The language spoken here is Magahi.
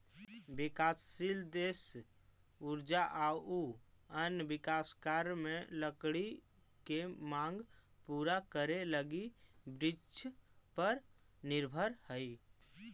विकासशील देश ऊर्जा आउ अन्य विकास कार्य में लकड़ी के माँग पूरा करे लगी वृक्षपर निर्भर हइ